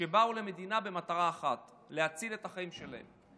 שבאו למדינה במטרה אחת: להציל את החיים שלהם.